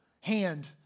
hand